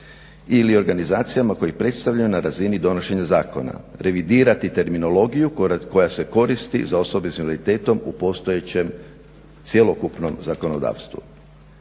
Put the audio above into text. ili organizacijama koje ih predstavljaju na razini donošenja zakona, revidirati terminologiju koja se koristi za osobe s invaliditetom u postojećem cjelokupnom zakonodavstvu.